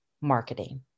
marketing